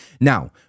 Now